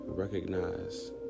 Recognize